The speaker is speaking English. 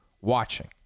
watching